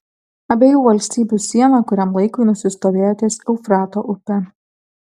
abiejų valstybių siena kuriam laikui nusistovėjo ties eufrato upe